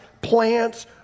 plants